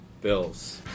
Bills